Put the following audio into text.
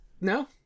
no